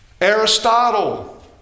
Aristotle